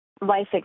life